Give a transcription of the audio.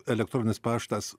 elektroninis paštas